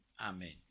Amen